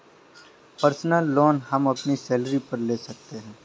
personal loan हम अपनी salary पर ले सकते है